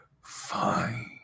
fine